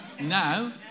now